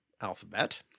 alphabet